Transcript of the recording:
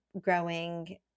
growing